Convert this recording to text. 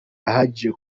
ahagije